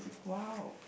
!wow!